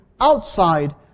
outside